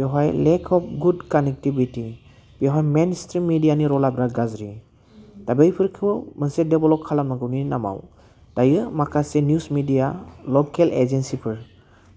बेवहाय lack of good connectivity बेवहाय mainstream मेडियानि रला बिरात गाज्रि दा बैफोरखौ मोनसे देबलब खालामनांगौनि नामाव दायो माखासे निउस मेडिया लकेल एजेन्सिफोर